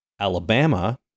Alabama